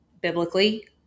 biblically